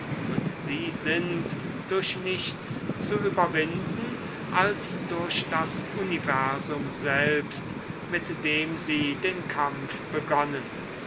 und sie sind durch nichts zu überwinden als durch das universum selbst mit dem sie den kampf begonnen